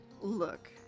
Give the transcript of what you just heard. Look